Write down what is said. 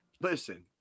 Listen